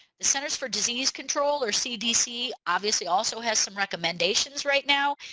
the centers for disease control or cdc obviously also has some recommendations right now.